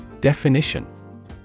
Definition